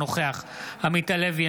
אינו נוכח עמית הלוי,